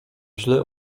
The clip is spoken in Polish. źle